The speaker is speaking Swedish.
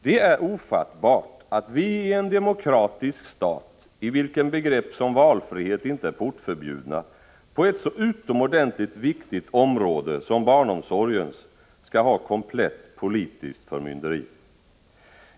Det är ofattbart att vi i en demokratisk stat, i vilken begrepp som valfrihet inte är portförbjudna, på ett så utomordentligt viktigt område som barnomsorgens skall ha komplett politiskt förmynderi.